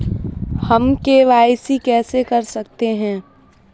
हम के.वाई.सी कैसे कर सकते हैं?